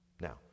Now